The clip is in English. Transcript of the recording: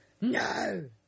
No